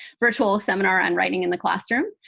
virtual seminar on writing in the classroom.